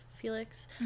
Felix